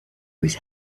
was